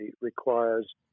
requires